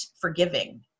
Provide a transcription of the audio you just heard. forgiving